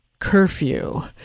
curfew